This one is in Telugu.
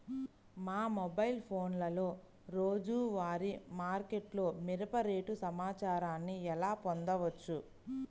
మా మొబైల్ ఫోన్లలో రోజువారీ మార్కెట్లో మిరప రేటు సమాచారాన్ని ఎలా పొందవచ్చు?